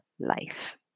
life